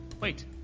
Wait